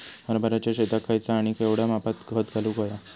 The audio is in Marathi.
हरभराच्या शेतात खयचा आणि केवढया मापात खत घालुक व्हया?